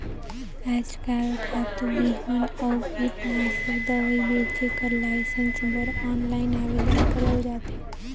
आएज काएल खातू, बीहन अउ कीटनासक दवई बेंचे कर लाइसेंस बर आनलाईन आवेदन करल जाथे